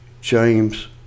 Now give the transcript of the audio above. James